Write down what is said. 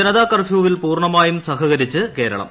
ജനതകർഫ്യൂവിൽ പൂർണമായും സഹക്ടരിച്ച് കേരളം